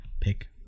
pick